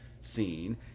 scene